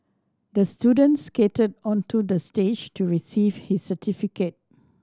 the student skated onto the stage to receive his certificate